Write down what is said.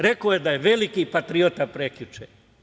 Rekao je da je veliki patriota, prekjuče.